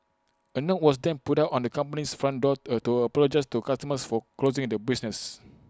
A note was then put up on the company's front door to apologise to customers for closing the business